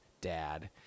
Dad